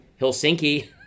Helsinki